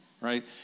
Right